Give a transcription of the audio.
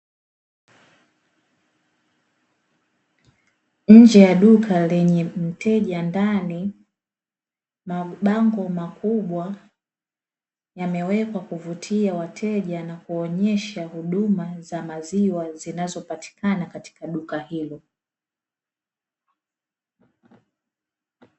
Nje ya duka lenye mteja ndani, mabango makubwa yamewekwa kuvutia wateja na kuonyesha huduma za maziwa zinazopatikana Katika duka hilo.